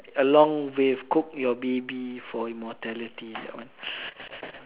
ya along with cook your baby for immortality that [one]